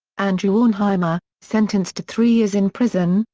andrew auernheimer, sentenced to three years in prison,